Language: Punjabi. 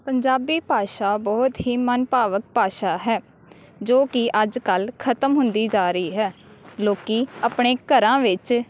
ਪੰਜਾਬੀ ਭਾਸ਼ਾ ਬਹੁਤ ਹੀ ਮਨ ਭਾਵਕ ਭਾਸ਼ਾ ਹੈ ਜੋ ਕਿ ਅੱਜ ਕੱਲ੍ਹ ਖਤਮ ਹੁੰਦੀ ਜਾ ਰਹੀ ਹੈ ਲੋਕ ਆਪਣੇ ਘਰਾਂ ਵਿੱਚ